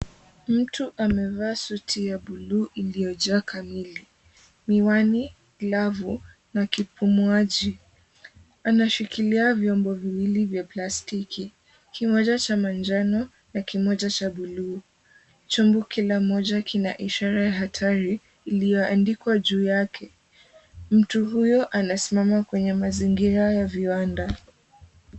Mtu amevaa suti ya bluu iliyojaa kamili, miwani, glavu na kipumuaji. Anashikilia vyombo viwili vya plastiki kimoja cha manjano na kimoja cha bluu. Chombo kila mmoja kina ishara ya hatari iliyoandikwa juu yake. Mtu huyo anasimama kwenye mazingira ya viwanda.